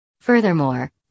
Furthermore